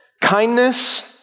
Kindness